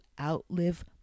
outlive